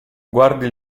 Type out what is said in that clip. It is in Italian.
guardi